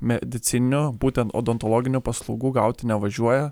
medicininio būtent odontologinių paslaugų gauti nevažiuoja